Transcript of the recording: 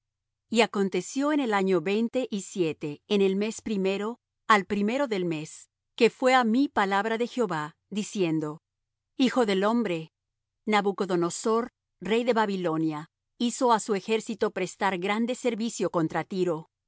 y aconteció en el año veinte y siete en el mes primero al primero del mes que fué á mí palabra de jehová diciendo hijo del hombre nabucodonosor rey de babilonia hizo á su ejército prestar grande servicio contra tiro